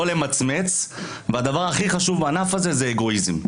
לא למצמץ, והדבר הכי חשוב בענף הזה זה אגואיזם.